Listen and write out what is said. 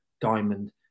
diamond